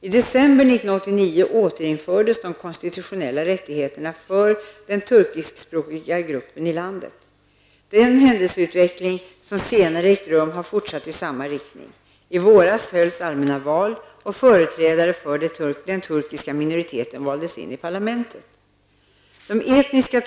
I december 1989 återinfördes de konstitutionella rättigheterna för den turkiskspråkiga gruppen i landet. Den händelseutveckling som senare ägt rum har fortsatt i samma riktning. I våras hölls allmänna val, och företrädare för den turkiska minoriteten valdes in i parlamentet.